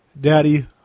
Daddy